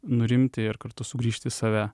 nurimti ir kartu sugrįžt į save